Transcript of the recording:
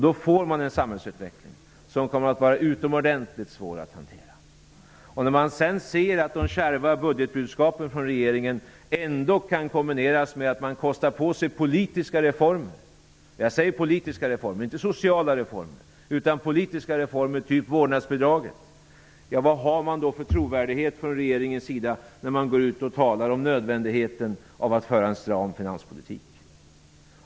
Då får man en samhällsutveckling som det kommer att vara utomordentligt svårt att hantera. När man sedan ser att de kärva budgetbudskapen från regeringen ändå kan kombineras med att man kostar på sig politiska, inte sociala, reformer -- typ vårdnadsbidraget -- vad har man då från regeringens sida för trovärdighet när man går ut och talar om nödvändigheten av att en stram finanspolitik förs?